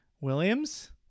Williams